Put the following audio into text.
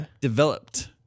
Developed